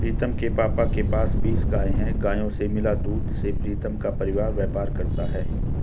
प्रीतम के पापा के पास बीस गाय हैं गायों से मिला दूध से प्रीतम का परिवार व्यापार करता है